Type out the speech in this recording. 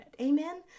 Amen